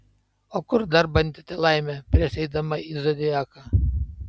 o kur dar bandėte laimę prieš eidama į zodiaką